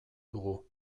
dugu